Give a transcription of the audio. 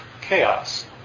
chaos